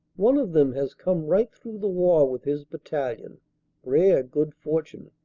one of them has come right through the war with his battalion rare good fortune.